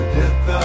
death